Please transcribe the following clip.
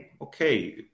Okay